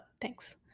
thanks